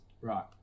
Right